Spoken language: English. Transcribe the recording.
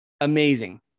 Amazing